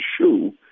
shoe